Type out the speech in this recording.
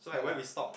ya lah